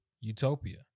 Utopia